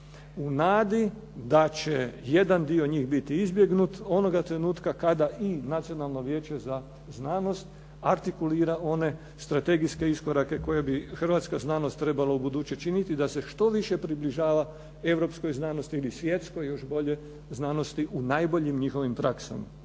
u nadi da će jedan dio njih biti izbjegnut onoga trenutka kada i Nacionalno vijeće za znanost artikulira one strategijske iskorake koje bi hrvatska znanost trebala ubuduće činiti da se što više približava europskoj znanosti ili svjetskoj, još bolje znanosti u najboljim njihovim praksama.